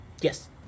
Yes